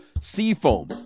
Seafoam